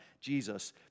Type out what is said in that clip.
Jesus